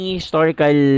historical